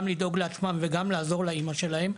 גם לדאוג לעצמם וגם לעזור לאמא שלהם,